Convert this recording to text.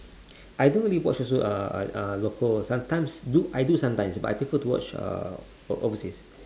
I don't really watch also uh uh local sometimes do I do sometimes but I prefer to watch uh overseas